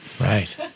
Right